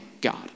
God